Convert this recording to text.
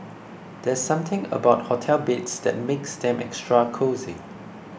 there's something about hotel beds that makes them extra cosy